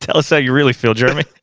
tell us how you really feel jeremy!